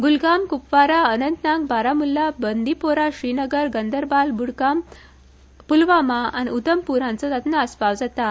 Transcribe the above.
गूलगाम कुपवारा अनंतनाग बारामुल्छा बंदीपोरा श्रीनगर गंदरबाल ब्रडगाम प्लवामा आनी उदमप्र हांचो तातुत आस्पाव जाता